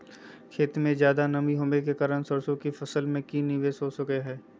खेत में ज्यादा नमी होबे के कारण सरसों की फसल में की निवेस हो सको हय?